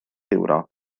ewrop